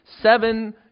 seven